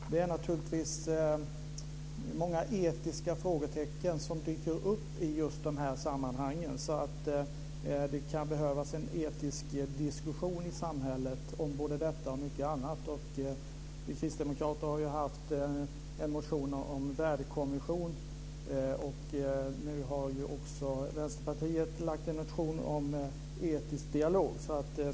Fru talman! Det dyker upp många etiska frågetecken i dessa sammanhang. Det kan behövas en etisk diskussion i samhället om detta och mycket annat. Vi kristdemokrater har lagt fram en motion om en värdekommission. Nu har också Vänsterpartiet väckt en motion om etisk dialog.